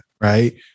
right